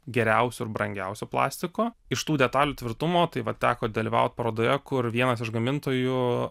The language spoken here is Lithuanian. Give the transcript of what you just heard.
geriausiu ir brangiausiu plastiku iš tų detalių tvirtumo tai vat teko dalyvaut parodoje kur vienas iš gamintojų